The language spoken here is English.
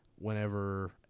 Whenever